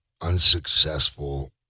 unsuccessful